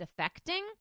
defecting